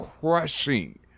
crushing